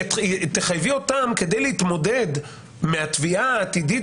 תחייבי אותם כדי להתמודד מהתביעה העתידית